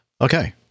Okay